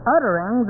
Uttering